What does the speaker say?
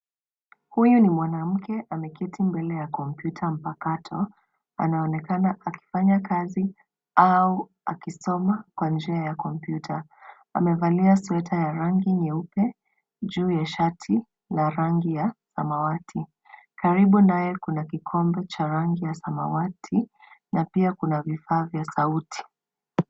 Huyu ni mwanamke ameketi mbele ya kompyuta mpakato. Anaonekana akifanya kazi au akisoma kwa njia ya kompyuta. Amevalia sweta ya rangi nyeupe juu ya shati la rangi ya samawati . Karibu naye kuna kikombe cha rangi ya samawati na pia kuna vifaa vya sauti.